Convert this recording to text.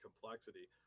complexity